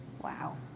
Wow